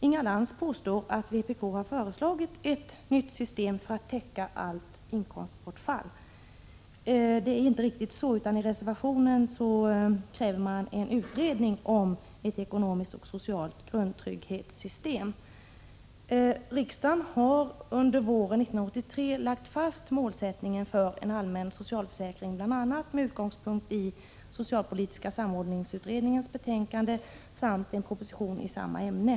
Inga Lantz påstår att vpk har föreslagit ett nytt system för att täcka allt inkomstbortfall. Det är inte riktigt på det viset, utan i reservationer kräver man en utredning om ett ekonomiskt och socialt grundtrygghetssystem. Riksdagen lade under våren 1983 fast målsättningen för en allmän socialförsäkring. Detta gjordes med utgångspunkt i bl.a. socialpolitiska samordningsutredningens betänkande och en proposition i samma ämne.